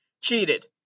cheated